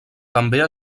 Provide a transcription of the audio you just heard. també